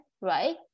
right